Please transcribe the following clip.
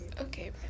Okay